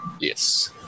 Yes